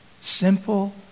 simple